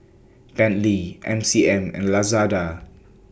Bentley M C M and Lazada